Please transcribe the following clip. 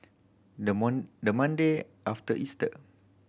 the the Monday after Easter